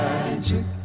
Magic